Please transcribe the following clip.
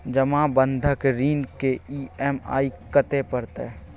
जमा बंधक ऋण के ई.एम.आई कत्ते परतै?